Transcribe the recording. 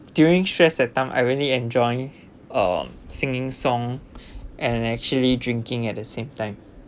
during stressed that time I really enjoy uh singing song and actually drinking at the same time